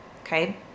Okay